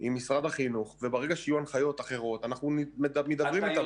עם משרד החינוך וברגע שיהיו הנחיות אחרות אנחנו מידברים איתם